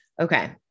okay